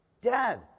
Dad